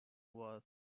was